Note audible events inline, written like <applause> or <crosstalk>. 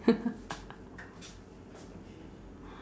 <laughs>